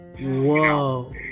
Whoa